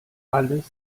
alles